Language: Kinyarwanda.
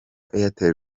airtel